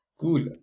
Cool